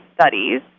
studies